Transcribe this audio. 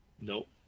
Nope